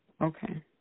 Okay